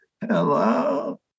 Hello